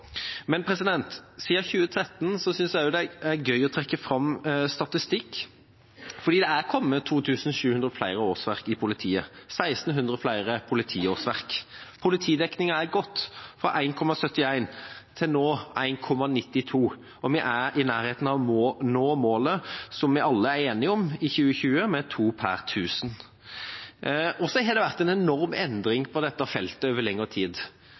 Men jeg synes også det er gøy å trekke fram statistikk, for siden 2013 er det kommet 2 700 flere årsverk i politiet, 1 600 flere politiårsverk. Politidekningen har gått fra 1,71 til nå 1,92, og vi er i nærheten av å nå målet vi alle er enige om, med to per tusen i 2020. Det har vært en enorm endring på dette feltet over lengre tid.